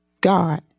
God